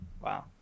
Wow